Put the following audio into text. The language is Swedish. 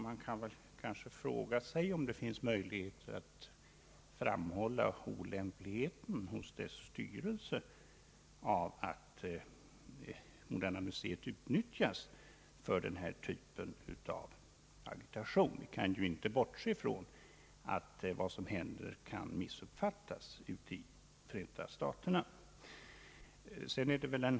Man bör kanske fråga sig om det finns möjligheter att hos dess styrelse framhålla olämpligheten av att Moderna museet utnyttjas för denna typ av agitation. Vi får inte bortse från att vad som händer kan med hänsyn till det statliga engagemanget missuppfattas i Förenta staterna.